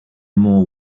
more